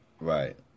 Right